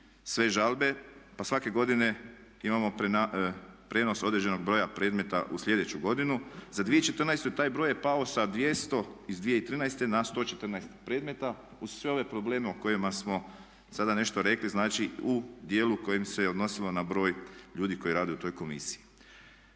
sve žalbe pa svake godine imamo prijenos određenog broja predmeta u sljedeću godinu. Za 2014. taj broj je pao sa 200 iz 2013. na 114 predmeta. Uz sve ove probleme o kojima smo sada nešto rekli, znači u dijelu koji se odnosio na broj ljudi koji rade u toj komisiji.